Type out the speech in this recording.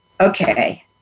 okay